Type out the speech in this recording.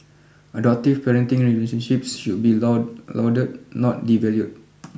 adoptive parenting relationships should be lauded not devalued